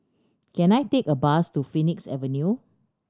can I take a bus to Phoenix Avenue